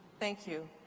thank you.